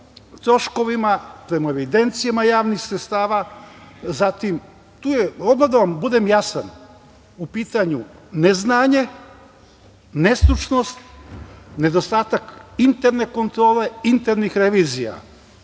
troškovima, prema evidencijama javnih sredstava. Da budem jasan, u pitanju je neznanje, nestručnost, nedostatak interne kontrole, internih revizija.